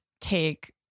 take